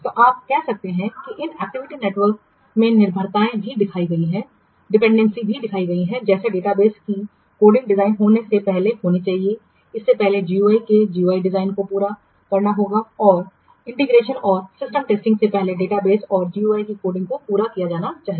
तो आप कह सकते हैं कि इस एक्टिविटी नेटवर्क में निर्भरताएँ भी दिखाई जाती हैं जैसे डेटाबेस की कोडिंग डिज़ाइन होने से पहले होनी चाहिए इससे पहले GUI के GUI डिज़ाइन को पूरा करना होगा और इंटीग्रेशन और सिस्टम टेस्टिंग से पहले डेटाबेस और GUI की कोडिंग को पूरा किया जाना चाहिए